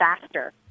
faster